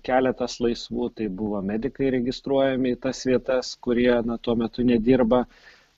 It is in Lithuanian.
keletas laisvų tai buvo medikai registruojami į tas vietas kurie tuo metu nedirba